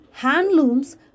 Handlooms